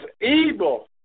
evil